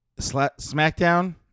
SmackDown